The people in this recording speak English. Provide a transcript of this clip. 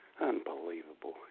Unbelievable